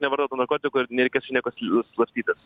nevartotų narkotikų ir nereikės čia nieko slapstytis